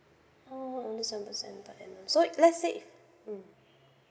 oh only seven percent per annum so let's say um